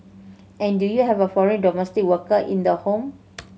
and do you have a foreign domestic worker in the home